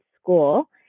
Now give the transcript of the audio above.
school